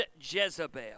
Jezebel